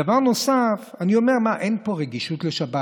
דבר נוסף, אני אומר: אין כבר רגישות לשבת?